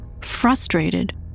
Frustrated